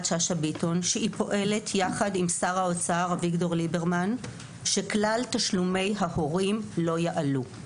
שהיא פועלת יחד עם שר האוצר אביגדור ליברמן שכלל תשלומי ההורים לא יעלו,